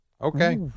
Okay